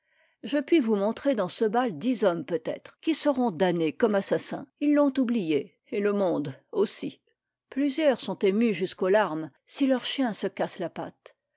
je puis vous montrer dans ce bal dix hommes peut-être qui seront damnés comme assassins ils l'ont oublié et le monde aussi plusieurs sont émus jusqu'aux larmes si leur chien se cas se la patte